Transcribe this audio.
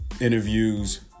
interviews